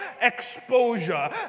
exposure